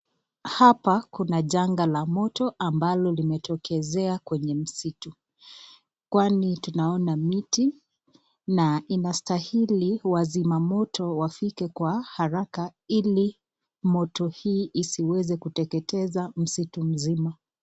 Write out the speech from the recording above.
Hapa kuna janga la moto ambalo limetokezea kwenye msitu. Kwani tunaona miti na inastahili wazima moto wafike kwa haraka ili moto hii isiweze kuteketeza msitu mzima.